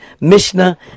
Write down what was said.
Mishnah